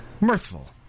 mirthful